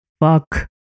fuck